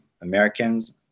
Americans